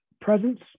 presence